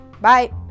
bye